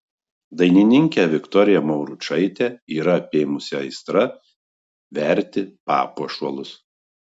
dainininkę viktoriją mauručaitę yra apėmusi aistra verti papuošalus